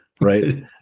Right